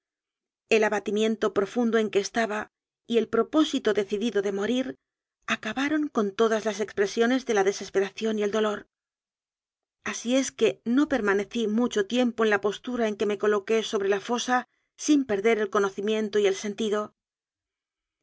el abatimiento profundo en que estaba y el propósito decidido de morir acabaron con todas las expresiones de la desesperación y el dolor así es que no permane cí mucho tiempo en la postura en que me coloqué sobre la fosa sin perder el conocimiento y el